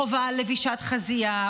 חובה על לבישת חזייה,